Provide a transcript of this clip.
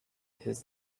his